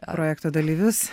projekto dalyvius